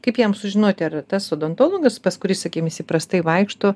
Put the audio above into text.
kaip jam sužinoti ar tas odontologas pas kurį sakykim jis prastai vaikšto